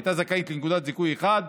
היא הייתה זכאית לנקות זיכוי אחת,